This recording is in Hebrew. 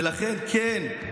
ולכן, כן,